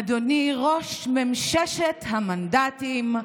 אדוני ראש ממששת המנדטים,